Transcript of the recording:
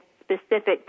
specific